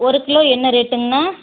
ஒரு கிலோ என்ன ரேட்டுங்கண்ணா